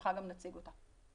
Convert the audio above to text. בשמחה גם נציג אותה.